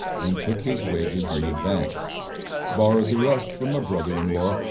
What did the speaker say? and took his wages in advance borrowed the rest from a brother-in-law,